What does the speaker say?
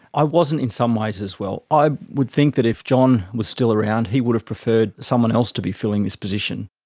i wasn't in some ways as well. i would think that if john was still around he would have preferred someone else to be filling his position.